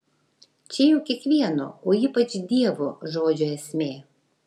čia juk kiekvieno o ypač dievo žodžio esmė